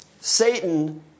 Satan